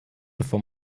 bevor